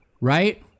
right